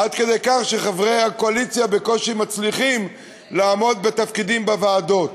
עד כדי כך שחברי הקואליציה בקושי מצליחים לעמוד בתפקידים בוועדות?